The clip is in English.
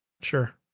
sure